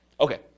Okay